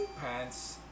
Pants